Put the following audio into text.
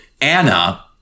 Anna